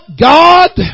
God